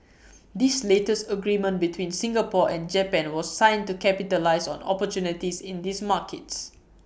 this latest agreement between Singapore and Japan was signed to capitalise on opportunities in these markets